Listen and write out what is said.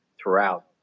throughout